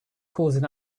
causing